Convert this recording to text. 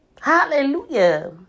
Hallelujah